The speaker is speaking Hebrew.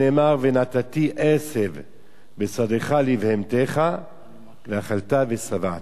"ונתתי עשב בשדך לבהמתך ואכלת ושבעת".